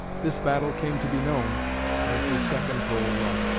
this battle came to be known as the second bull run.